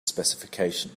specification